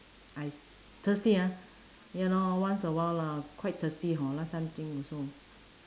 I thirsty ah ya lor once a while lah quite thirsty hor last time drink also